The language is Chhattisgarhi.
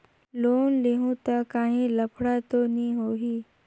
लोन लेहूं ता काहीं लफड़ा तो नी होहि?